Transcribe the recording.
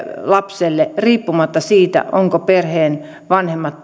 lapselle riippumatta siitä ovatko perheen vanhemmat